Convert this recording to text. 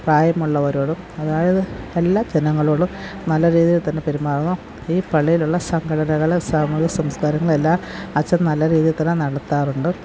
പ്രായമുള്ളവരോടും അതായത് എല്ലാ ജനങ്ങളോടും നല്ല രീതിയില് തന്നെ പെരുമാറണം ഈ പള്ളിയിലുള്ള സംഘടനകള് സാമൂഹ്യ സംസ്കാരങ്ങളുമെല്ലാം അച്ചൻ നല്ല രീതിയില് തന്നെ നടത്താറുണ്ട്